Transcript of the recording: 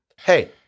Hey